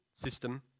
system